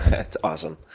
that's awesome.